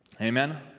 Amen